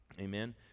Amen